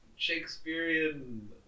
Shakespearean